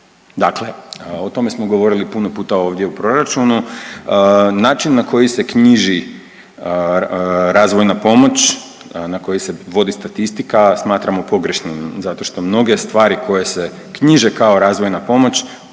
dakle o tome smo govorili puno puta ovdje u proračunu. Način na koji se knjiži razvojna pomoć, na koji se vodi statistika smatramo pogrešnim zato što mnoge stvari koje se knjiže kao razvojna pomoć